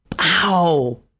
ow